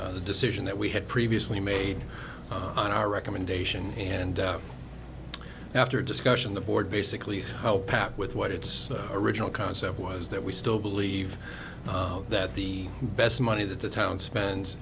the decision that we had previously made on our recommendation and after discussion the board basically how packed with what its original concept was that we still believe that the best money that the town spends